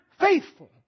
faithful